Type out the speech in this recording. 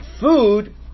food